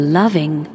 loving